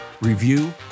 review